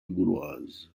gauloise